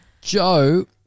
Joe